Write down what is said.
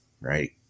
Right